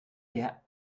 der